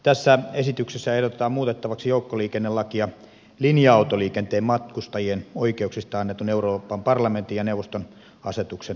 tässä esityksessä ehdotetaan muutettavaksi joukkoliikennelakia linja autoliikenteen matkustajien oikeuksista annetun euroopan parlamentin ja neuvoston asetuksen toteuttamiseksi